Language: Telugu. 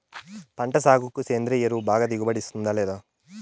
పంట సాగుకు సేంద్రియ ఎరువు బాగా దిగుబడి ఇస్తుందా లేదా